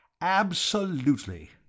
Absolutely